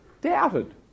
doubted